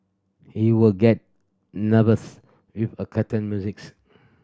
he would get nervous with a musics